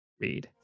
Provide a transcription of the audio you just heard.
read